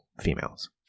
females